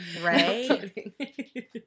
Right